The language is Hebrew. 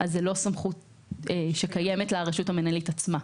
זאת לא סמכות שקיימת לרשות המינהלית עצמה.